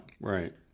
Right